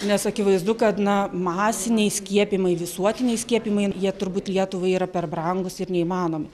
nes akivaizdu kad na masiniai skiepijimai visuotiniai skiepijimai jie turbūt lietuvai yra per brangūs ir neįmanomi